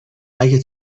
اگه